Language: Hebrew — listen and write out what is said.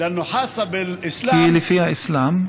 כי לפי האסלאם,